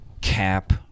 Cap